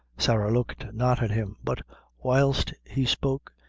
sarah looked not at him but whilst he spoke,